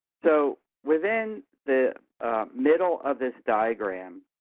so within the middle of this diagram,